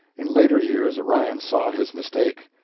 in later years orion saw his mistake.